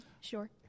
Sure